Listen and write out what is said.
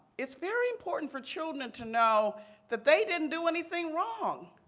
it's very important for children to know that they didn't do anything wrong,